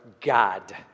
God